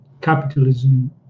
capitalism